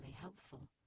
helpful